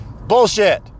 Bullshit